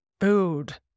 food